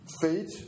fate